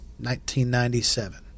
1997